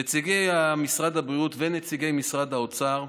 נציגי משרד הבריאות ונציגי משרד האוצר,